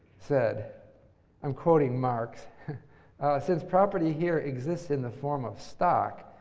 said i'm quoting marx since property here exists in the form of stock,